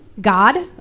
God